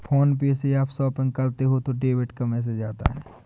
phone pay से आप shopping करते हो तो डेबिट का मैसेज आता है